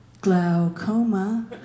glaucoma